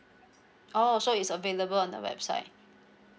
oh so it's available on the website